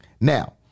now